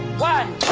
one.